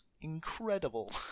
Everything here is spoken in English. incredible